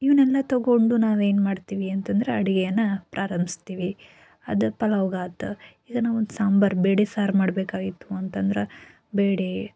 ಇವನ್ನೆಲ್ಲ ತೊಗೊಂಡು ನಾವೇನು ಮಾಡ್ತೀವಿ ಅಂತಂದ್ರೆ ಅಡಿಗೇನ ಪ್ರಾರಂಭಿಸ್ತೀವಿ ಅದು ಪಲಾವ್ಗೆ ಆತು ಈಗ ನಾವೊಂದು ಸಾಂಬಾರು ಬೇಳೆ ಸಾರು ಮಾಡಬೇಕಾಗಿತ್ತು ಅಂತಂದ್ರೆ ಬೇಳೆ